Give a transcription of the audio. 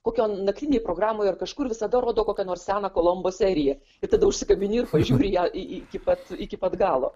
kokion naktinėj programoj ar kažkur visada rodo kokią nors seną kolombo seriją ir tada užsikabini ir pažiūri ją iki pat iki pat galo